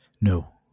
No